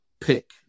pick